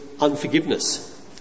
unforgiveness